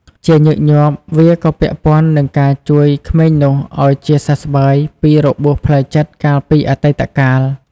ជាញឹកញាប់ វាក៏ពាក់ព័ន្ធនឹងការជួយក្មេងនោះឲ្យជាសះស្បើយពីរបួសផ្លូវចិត្តកាលពីអតីតកាល។